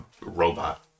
robot